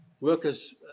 workers